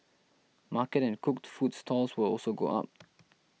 market and cooked food stalls will also go up